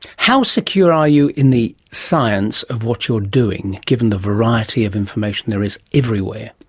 how secure are you in the science of what you are doing, given the variety of information there is everywhere?